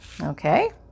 okay